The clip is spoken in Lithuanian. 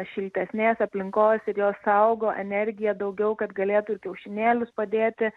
šiltesnės aplinkos ir jos saugo energiją daugiau kad galėtų ir kiaušinėlius padėti